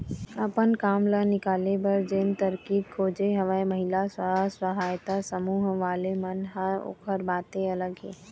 अपन काम ल निकाले बर जेन तरकीब खोजे हवय महिला स्व सहायता समूह वाले मन ह ओखर बाते अलग हे